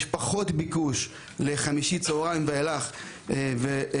יש פחות ביקוש לחמישי בצוהריים ואילך ולשישי,